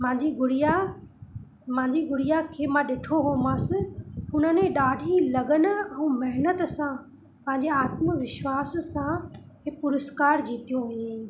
मुंहिंजी गुड़िया मुंहिंजी गुड़िया खे मां ॾिठो हो मांसि उन ॾाढी लगन ऐं महिनत सां पंहिंजे आत्मविश्वास सां हे पुरुस्कार जीतियो हुयईं